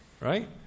right